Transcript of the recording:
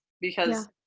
because-